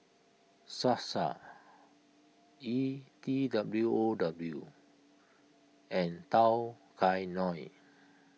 Sasa E T W O W and Tao Kae Noi